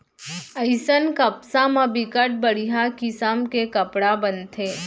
अइसन कपसा म बिकट बड़िहा किसम के कपड़ा बनथे